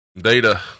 data